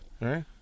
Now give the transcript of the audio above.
Right